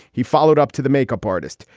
he followed up to the makeup artist.